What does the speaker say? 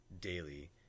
daily